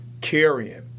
carrying